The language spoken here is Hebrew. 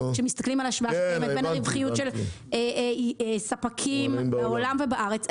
כשמסתכלים על השוואה שקיימת בין הרווחיות של ספקים בעולם ובארץ,